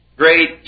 great